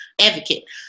advocate